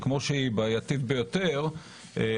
שהיא בעייתית ביותר כפי שהיא,